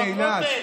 למה באומן?